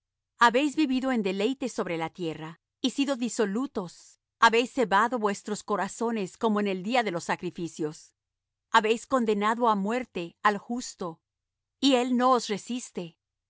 habéis vivido en deleites sobre la tierra y sido disolutos habéis cebado vuestros corazones como en el día de sacrificios habéis condenado y muerto al justo y él no os resiste